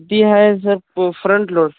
ती आहे sir front load